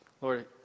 lord